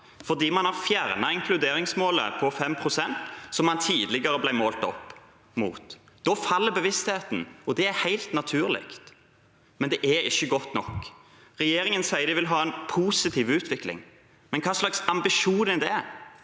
for man har fjernet inkluderingsmålet på 5 pst. som man tidligere ble målt mot. Da faller bevisstheten, og det er helt naturlig. Men det er ikke godt nok. Regjeringen sier de vil ha en positiv utvikling, men hva slags ambisjon er det